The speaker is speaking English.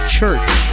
Church